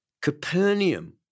Capernaum